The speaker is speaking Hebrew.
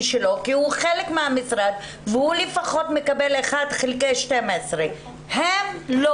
שלו כי הוא חלק מהמשרד והוא לפחות מקבל 1/12. הם לא,